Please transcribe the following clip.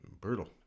Brutal